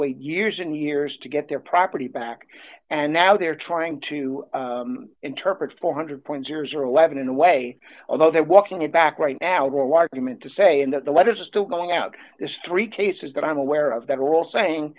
wait years and years to get their property back and now they're trying to interpret four hundred points years or eleven in the way although they're walking it back right now well argument to say in that the letters are still going out this three cases that i'm aware of that are all saying